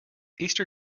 easter